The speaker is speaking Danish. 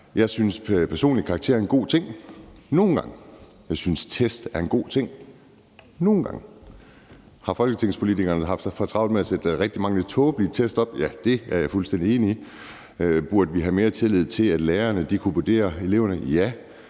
Jeg synes personligt, at karakterer er en god ting – nogle gange. Jeg synes, at test er en god ting – nogle gange. Har folketingspolitikerne haft for travlt med at sætte rigtig mange tåbelige test op? Ja, det er jeg fuldstændig enig i. Burde vi have mere tillid til, at lærerne kunne vurdere eleverne? Ja.